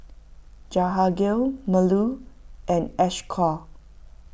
Jehangirr Bellur and Ashoka